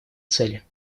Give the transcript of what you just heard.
цели